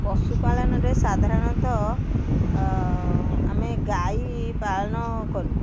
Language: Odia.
ପଶୁପାଳନରେ ସାଧାରଣତଃ ଆମେ ଗାଈ ପାଳନ କରୁ